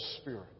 spirit